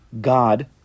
God